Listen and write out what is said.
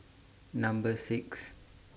Number six